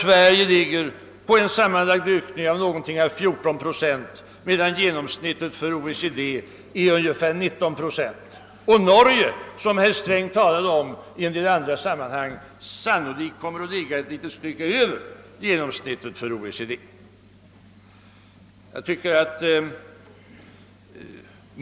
Sverige ligger på en sammanlagd ökning av omkring 14 procent medan genomsnittet för OECD är ungefär 19 procent. Norge, som herr Sträng talade om i en del andra sammanhang, kommer sannolikt att ligga ett litet stycke över 19 procent.